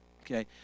Okay